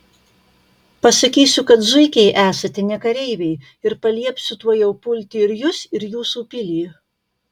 pasakysiu kad zuikiai esate ne kareiviai ir paliepsiu tuojau pulti ir jus ir jūsų pilį